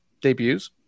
debuts